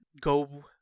go